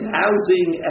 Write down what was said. housing